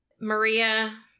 Maria